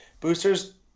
Booster's